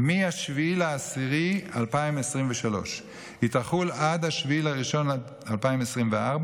מ-7 באוקטובר 2023. היא תחול עד 7 בינואר 2024,